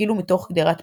כאילו מתוך קדרת פלא,